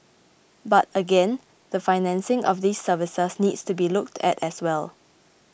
but again the financing of these services needs to be looked at as well